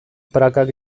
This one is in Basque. prakak